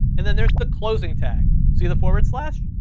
and then there's the closing tag, see the forward slash?